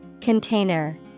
Container